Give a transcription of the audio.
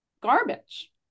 garbage